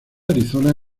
arizona